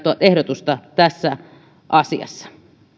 ehdotusta tässä asiassa